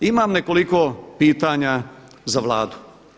Imam nekoliko pitanja za Vladu.